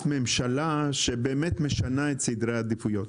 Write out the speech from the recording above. ממשלה שבאמת משנה את סדרי העדיפויות.